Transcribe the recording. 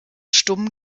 stumm